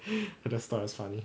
at the start it's funny